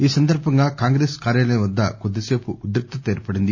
ఈ సందర్భంగా కాంగ్రెస్ కార్యాలయం వద్ద కొద్దిసేపు ఉద్రిక్తత ఏర్పడింది